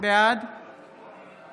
בעד